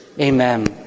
Amen